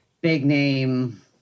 big-name